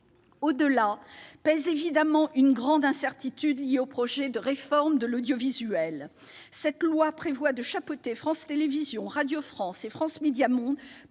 Au-delà pèse évidemment une grande incertitude liée au projet de réforme de l'audiovisuel. Il est prévu dans le projet de loi de faire chapeauter France Télévisions, Radio France et France Médias Monde